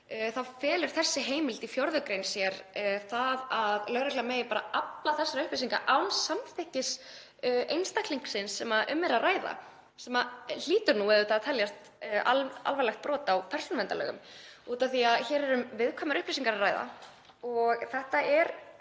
þá felur þessi heimild í 4. gr. í sér að lögregla megi bara afla þessara upplýsinga án samþykkis einstaklingsins sem um er að ræða, sem hlýtur auðvitað að teljast alvarlegt brot á persónuverndarlögum af því að hér er um viðkvæmar upplýsingar að ræða og þetta eru